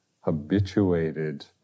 habituated